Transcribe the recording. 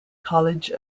college